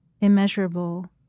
immeasurable